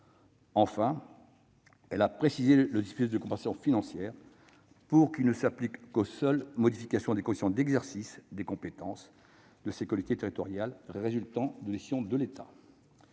Enfin, elle a précisé le dispositif de compensation financière pour qu'il ne s'applique qu'aux seules modifications des conditions d'exercice des compétences de ces collectivités territoriales résultant de décisions de l'État.